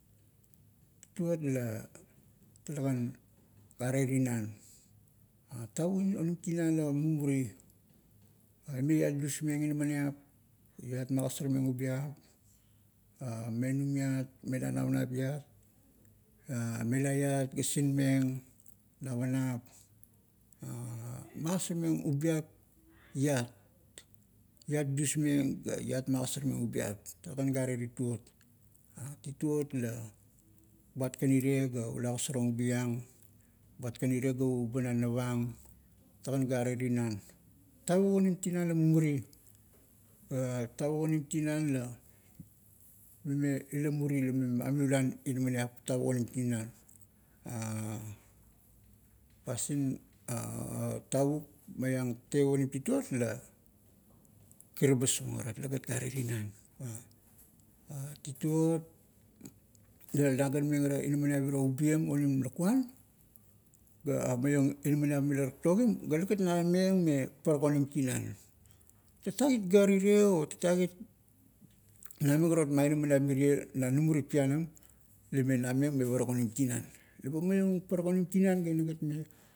Tituot, la talegan are tinan. Tavuk onim tinan la mumur; ime iat dusmeng inamaniap, gat iat magasarmeng ubiap, menum iat, mela navanap iat mela iat ga sinmeng, navanap, magasarmeng ubiap iat. Iat dusmeng, ga iat magasarmeng ubiap, talegan gare tituot. Tituot la, boat kan irie ga ula ogasarong ubi ang, buat kan irie ga uba na navang, talegan gare tinan. Tavuk onim tinan la mumuri tavuk onim tinan la mime ila muri la ime amiuluan inamaniap tavuk onim tinan. pasin tavuk maiang teip onim tituot la, kiribasong ara, talegat gare tinan. Tituot, la nagan meng ara inaminiap iro ubiem onim lakuan ga maiong inaminiap mila taktogim, ga talegat nameng me parak onim tinan. tatak it gar irie o tatak it, namikarot ma inaminiap mirie na namurit pianam, la ime nameng me parak onim tinan. Leba maiong parak onim tinan ga inagat me,